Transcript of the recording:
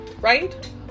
right